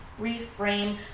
reframe